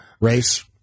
race